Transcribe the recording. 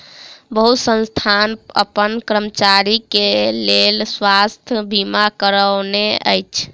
बहुत संस्थान अपन कर्मचारी के लेल स्वास्थ बीमा करौने अछि